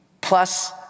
plus